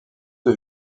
que